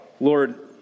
Lord